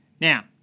Now